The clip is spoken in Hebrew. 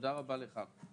תודה רבה לך.